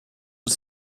was